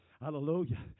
Hallelujah